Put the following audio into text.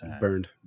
burned